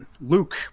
Luke